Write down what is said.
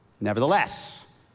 Nevertheless